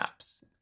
apps